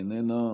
איננה,